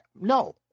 No